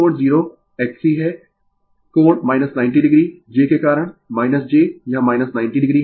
तो यह V कोण 0 XC है कोण 90o j के कारण j यह 90o है